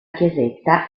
chiesetta